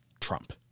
Trump